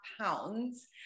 pounds